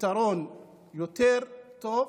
פתרון יותר טוב,